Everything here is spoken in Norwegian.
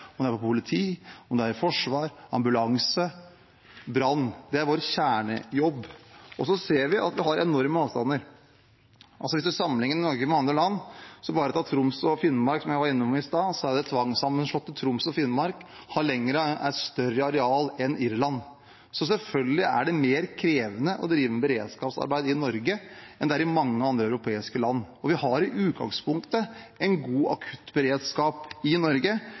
som jeg var innom i stad – det tvangssammenslåtte Troms og Finnmark – er større i areal enn Irland. Så selvfølgelig er det mer krevende å drive med beredskapsarbeid i Norge enn det er i mange andre europeiske land. Vi har i utgangspunktet en god akuttberedskap i